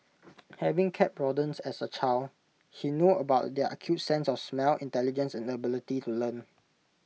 having kept rodents as A child he knew about their acute sense of smell intelligence and ability to learn